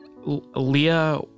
Leah